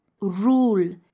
rule